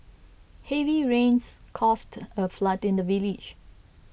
heavy rains caused a flood in the village